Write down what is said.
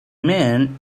man